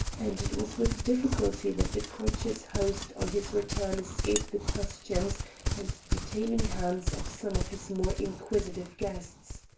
and it was with difficulty that the courteous host on his return escaped the questions and detaining hands of some of his more inquisitive guests.